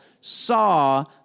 saw